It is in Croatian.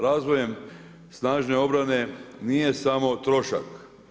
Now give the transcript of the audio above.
Razvojem snažne obrane nije samo trošak.